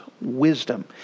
wisdom